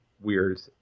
weird